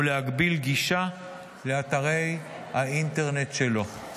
ולהגביל גישה לאתרי האינטרנט שלו.